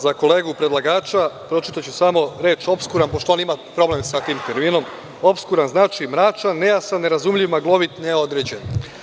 Za kolegu predlagača pročitaću samo reč opskuran, pošto on ima problemsa tim terminom, opskuran znači mračan, nejasan, nerazumljiv, maglovit, neodređen.